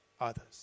others